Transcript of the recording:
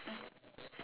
okay